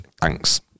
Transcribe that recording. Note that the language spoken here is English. Thanks